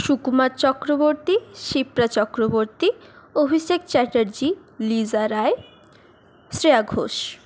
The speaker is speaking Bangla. সুকুমার চক্রবর্তী শিপ্রা চক্রবর্তী অভিষেক চ্যাটার্জী লিজা রায় শ্রেয়া ঘোষ